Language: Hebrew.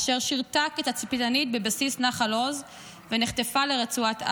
אשר שירתה כתצפיתנית בבסיס נחל עוז ונחטפה לרצועת עזה.